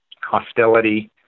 hostility